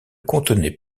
contenait